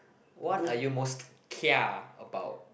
what are you most kia about